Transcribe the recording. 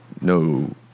no